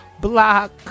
block